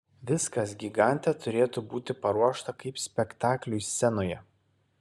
viskas gigante turėtų būti paruošta kaip spektakliui scenoje